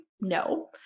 No